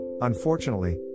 Unfortunately